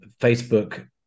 Facebook